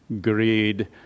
greed